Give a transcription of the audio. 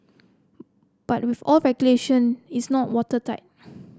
but with all regulation it's not watertight